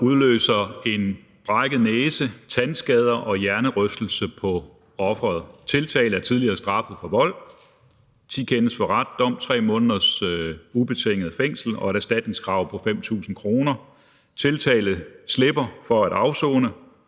udløser en brækket næse, tandskader og hjernerystelse på offeret. Tiltalte er tidligere straffet for vold. Thi kendes for ret. Dom: 3 måneders ubetinget fængsel og et erstatningskrav på 5.000 kr. Tiltalte slipper for at afsone